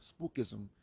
spookism